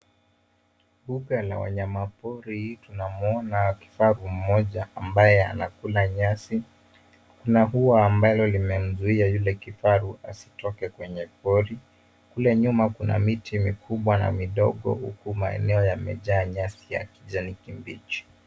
Mbuga la wanyama pori tunamwona kifaru mmoja ambaye anakula nyasi kuna ua ambalo limemzuia yule kifaru asitoke kwenye pori kule nyuma kuna miti mikubwa na midogo huku maeneo yamejaa nyasi ya kijani kibichi.